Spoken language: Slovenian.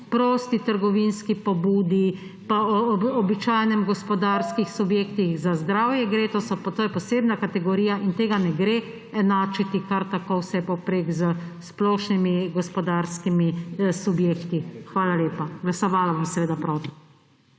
prosti trgovinski pobudi pa o običajnih gospodarskih subjektih. Za zdravje gre. To je posebna kategorija in tega ne gre enačiti kar tako vse povprek s splošnimi gospodarskimi subjekti. Glasovala bom seveda proti.